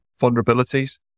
vulnerabilities